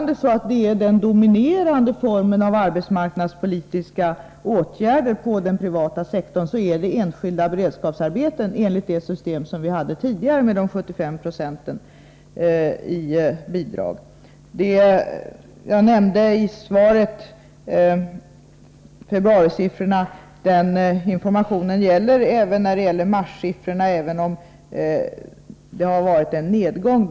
Den dominerande formen av arbetsmarknadspolitiska åtgärder på den privata sektorn är fortfarande enskilda beredskapsarbeten enligt det system som vi hade tidigare med 75 96 i bidrag. I svaret redovisar jag februarisiffrorna. Den informationen gäller också mars, även om det har varit en nedgång.